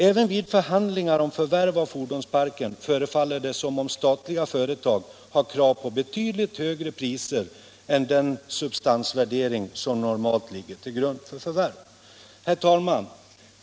Även vid förhandlingar om förvärv av fordonsparken förefaller det som om statliga företag har krav på betydligt högre priser än de skulle få enligt den substansvärdering som normalt ligger till grund för förvärv. Herr talman!